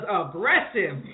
aggressive